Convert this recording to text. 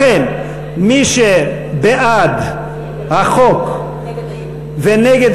לכן מי שבעד החוק ונגד